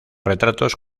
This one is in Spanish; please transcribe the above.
retratos